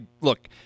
look